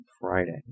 Friday